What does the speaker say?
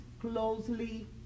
closely